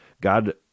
God